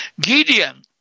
Gideon